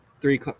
three